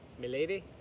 milady